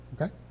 Okay